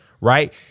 Right